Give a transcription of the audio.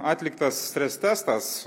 atliktas stress testas